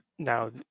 Now